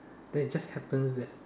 then it just happens that